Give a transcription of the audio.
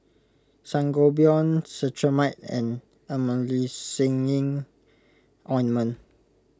where is Jalan Sinar Bintang